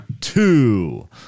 two